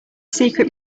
secret